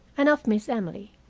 and of miss emily.